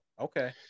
okay